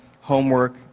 homework